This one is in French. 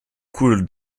coule